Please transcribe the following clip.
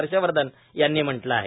हर्षवर्धन यांनी म्हटलं आहे